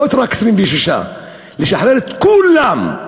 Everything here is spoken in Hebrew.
לא רק 26. לשחרר את כולם,